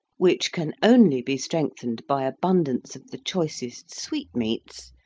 which can only be strengthened by abundance of the choicest sweetmeats,